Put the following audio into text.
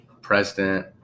president